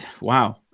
wow